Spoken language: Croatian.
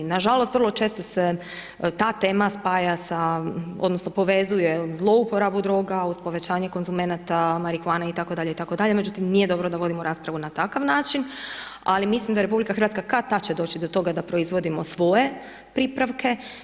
Nažalost, vrlo često se ta tema spaja, onda, povezuje sa zlouporabu droga, uz povećanje konzumenata, marihuane, itd. itd. međutim, nije dobro da vodimo raspravu na takav način, ali mislim da RH, kada tada će doći do toga da proizvodimo svoje pripravke.